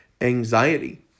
anxiety